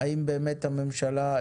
האם באמת הממשלה,